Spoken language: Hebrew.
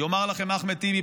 יאמר לכם אחמד טיבי,